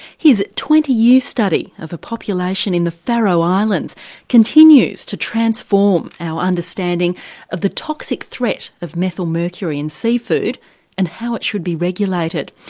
his twenty year study of a population in the faroe islands continues to transform our understanding of the toxic threat of methyl mercury in seafood and how it should be regulated.